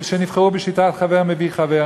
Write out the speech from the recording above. שנבחרו בשיטת חבר מביא חבר?